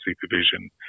supervision